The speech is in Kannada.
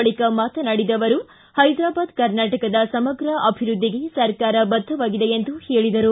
ಬಳಿಕ ಮಾತನಾಡಿದ ಅವರು ಹೈದರಾಬಾದ್ ಕರ್ನಾಟಕದ ಸಮಗ್ರ ಅಭಿವೃದ್ದಿಗೆ ಸರ್ಕಾರ ಬದ್ದವಾಗಿದೆ ಎಂದು ಹೇಳಿದರು